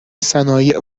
صنایع